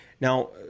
Now